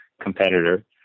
competitor